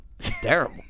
terrible